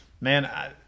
man